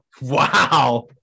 wow